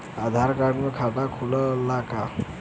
आधार card से खाता खुले ला का?